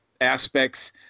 aspects